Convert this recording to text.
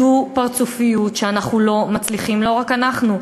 הדו-פרצופיות שאנחנו לא מצליחים, לא רק אנחנו,